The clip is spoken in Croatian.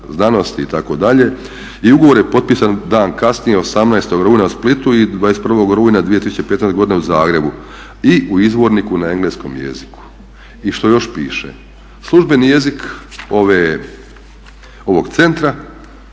i ugovor je potpisan dan kasnije 18.rujna u Splitu i 21.rujna 2015.godine u Zagrebu. I u izvorniku na engleskom jeziku. I što još piše? Službeni jezik ovog centra